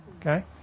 okay